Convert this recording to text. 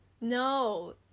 no